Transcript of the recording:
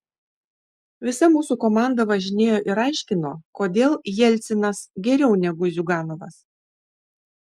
visa mūsų komanda važinėjo ir aiškino kodėl jelcinas geriau negu ziuganovas